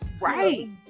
Right